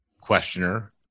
questioner